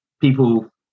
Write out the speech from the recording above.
people